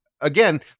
Again